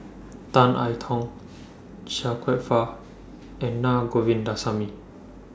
Tan I Tong Chia Kwek Fah and Na Govindasamy